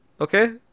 Okay